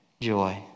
joy